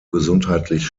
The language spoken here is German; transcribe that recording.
gesundheitlich